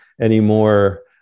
anymore